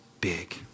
big